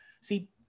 see